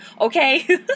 Okay